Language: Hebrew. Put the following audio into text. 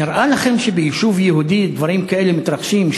נראה לכם שביישוב יהודי דברים כאלה מתרחשים,